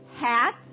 hat